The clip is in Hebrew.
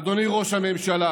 אדוני ראש הממשלה,